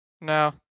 No